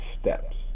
steps